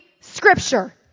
scripture